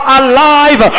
alive